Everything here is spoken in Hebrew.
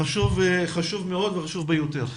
חשוב מאוד וחשוב ביותר.